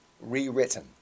rewritten